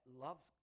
loves